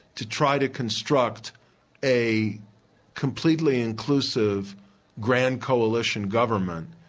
to try to construct a completely inclusive grand coalition government,